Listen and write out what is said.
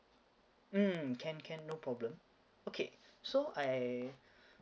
mm can can no problem okay so I